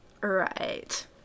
Right